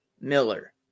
Miller